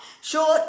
Short